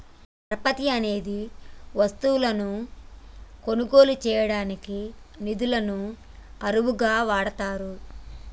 పరపతి అనేది వస్తువులను కొనుగోలు చేయడానికి నిధులను అరువుగా వాడతారు